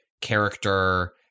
character